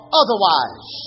otherwise